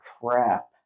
crap